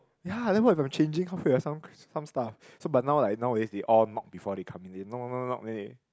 ya then what if I'm changing half way or some some stuff so but now like nowadays they all knock before they come in they knock knock knock knock knock then they